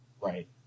Right